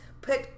put